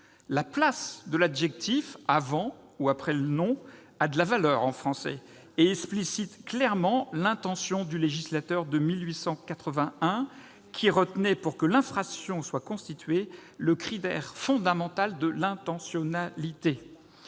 La place de l'adjectif, avant ou après le nom, a de la valeur en français. En l'occurrence, elle explicite clairement l'intention du législateur de 1881, qui a retenu, pour que l'infraction soit constituée, le critère fondamental de l'intentionnalité